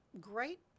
great